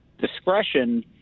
discretion